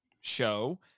show